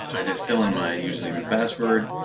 so just filling my username and password.